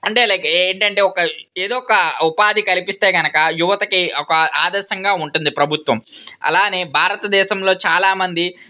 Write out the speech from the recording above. అంటే లైక్ ఏంటంటే ఒక ఏదో ఒక ఉపాధి కల్పిస్తే కనుక యువతకి ఒక ఆదర్శంగా ఉంటుంది ప్రభుత్వము అలాగే భారత దేశంలో చాలామంది